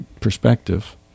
perspective